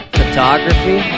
photography